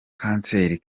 kanseri